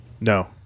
No